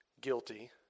guilty